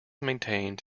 maintained